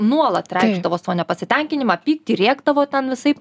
nuolat reikšdavo savo nepasitenkinimą pyktį rėkdavo ten visaip